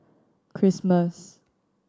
Christmas